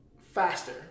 faster